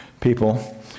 people